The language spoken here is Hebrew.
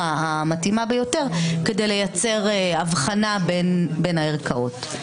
המתאימה ביותר כדי לייצר הבחנה בין הערכאות.